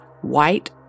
white